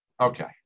Okay